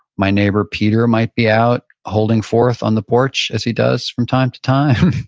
my neighbor peter might be out holding forth on the porch as he does from time to time.